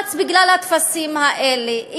ללחץ בגלל הטפסים האלה.